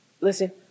Listen